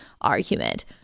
argument